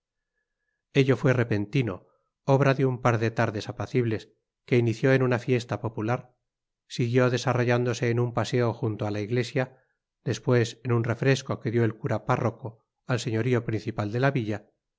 ello fue repentino obra de un par de tardes apacibles se inició en una fiesta popular siguió desarrollándose en un paseo junto a la iglesia después en un refresco que dio el cura párroco al señorío principal de la villa